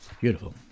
Beautiful